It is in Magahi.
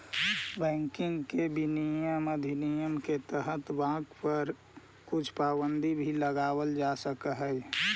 बैंकिंग विनियमन अधिनियम के तहत बाँक पर कुछ पाबंदी भी लगावल जा सकऽ हइ